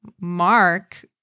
Mark